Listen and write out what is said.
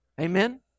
amen